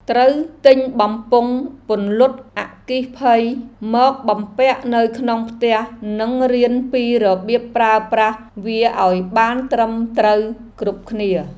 ត្រូវទិញបំពង់ពន្លត់អគ្គិភ័យមកបំពាក់នៅក្នុងផ្ទះនិងរៀនពីរបៀបប្រើប្រាស់វាឱ្យបានត្រឹមត្រូវគ្រប់គ្នា។